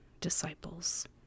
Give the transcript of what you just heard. disciples